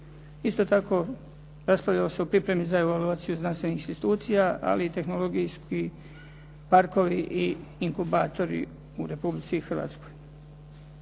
Isto tako raspravljalo se o pripremi za evaluaciju znanstvenih institucija, ali i tehnologijski parkovi i inkubatori u Republici Hrvatskoj.